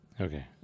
Okay